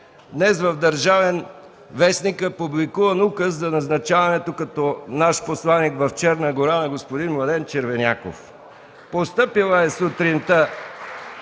Днес в „Държавен вестник” е публикуван Указ за назначаването като наш посланик в Черна гора на господин Младен Червеняков. (Ръкопляскания